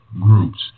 groups